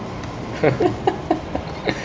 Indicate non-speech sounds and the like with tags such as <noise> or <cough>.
<laughs>